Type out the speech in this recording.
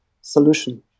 solution